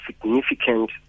significant